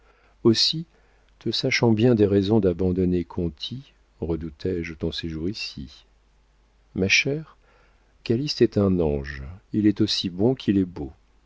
aussi te sachant bien des raisons d'abandonner conti redouté je ton séjour ici ma chère calyste est un ange il est aussi bon qu'il est beau